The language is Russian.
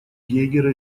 гейгера